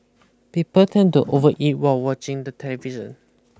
people tend to overeat while watching the television